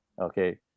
Okay